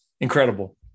incredible